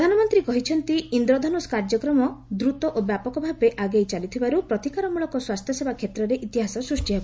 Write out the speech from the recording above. ପ୍ରଧାନମନ୍ତ୍ରୀ କହିଛନ୍ତି ଇନ୍ଦ୍ରଧନୁଷ କାର୍ଯ୍ୟକ୍ରମ ଦ୍ରୁତ ଓ ବ୍ୟାପକଭାବେ ଆଗେଇ ଚାଲିଥିବାରୁ ପ୍ରତିକାରମୂଳକ ସ୍ୱାସ୍ଥ୍ୟସେବା କ୍ଷେତ୍ରରେ ଇତିହାସ ସୂଷ୍ଟି ହେବ